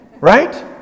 Right